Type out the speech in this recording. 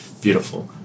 beautiful